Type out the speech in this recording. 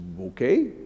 Okay